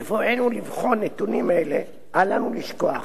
בבואנו לבחון נתונים אלה אל לנו לשכוח